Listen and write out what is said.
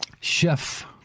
Chef